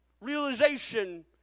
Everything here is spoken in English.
realization